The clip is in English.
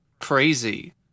crazy